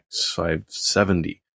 X570